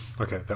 okay